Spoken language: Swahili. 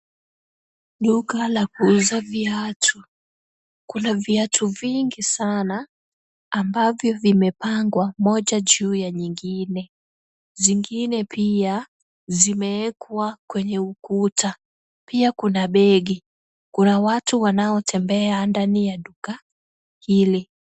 Duka la kuuza viatu. Kuna viatu vingi sana ambavyo vimepangwa moja juu ya nyingine. Zingine pia zimewekwa kwenye ukuta. Pia kuna begi. Kuna watu wanaotembea ndani ya duka hili.